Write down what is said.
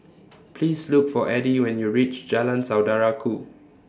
Please Look For Eddie when YOU REACH Jalan Saudara Ku